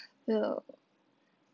the